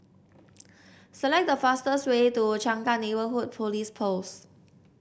select the fastest way to Changkat Neighbourhood Police Post